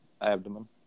abdomen